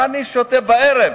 מה אני שותה בערב?